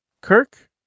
Kirk